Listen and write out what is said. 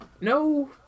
No